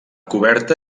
coberta